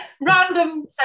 Random